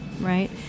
right